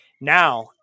Now